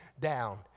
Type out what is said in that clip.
down